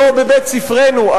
לא בבית-ספרנו,